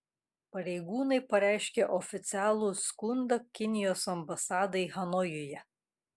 pareigūnai pareiškė oficialų skundą kinijos ambasadai hanojuje